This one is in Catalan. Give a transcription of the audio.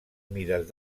mides